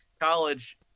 college